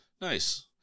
Nice